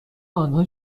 آنها